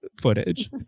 footage